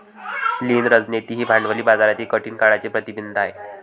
लीन रणनीती ही भांडवली बाजारातील कठीण काळाचे प्रतिबिंब आहे